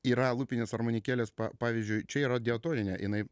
yra lūpinės armonikėlės pavyzdžiui čia yra diotoninė jinai